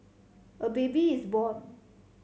a baby is born